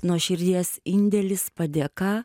nuo širdies indėlis padėka